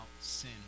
sin